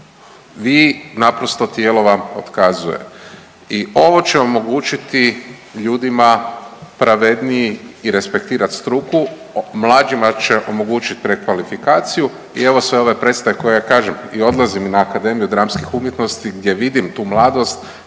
vi naprosto tijelo vam otkazuje. I ovo će omogućiti ljudima pravedniji i respektirat struku, mlađima će omogućiti prekvalifikaciju i evo sve ove predstave koje ja kažem i odlazim na Akademiju dramskih umjetnosti gdje vidim tu mladost.